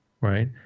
right